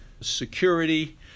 security